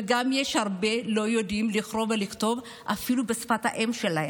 ויש גם הרבה שלא יודעים לקרוא ולכתוב אפילו בשפת האם שלהם.